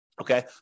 okay